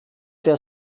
der